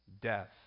death